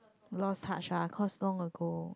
long touch ah cause long ago